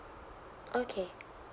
okay